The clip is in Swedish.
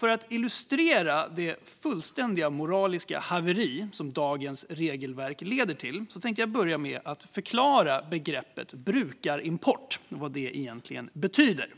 För att illustrera det fullständiga moraliska haveri som dagens regelverk leder till tänkte jag börja med att förklara begreppet brukarimport och vad det egentligen betyder.